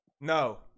No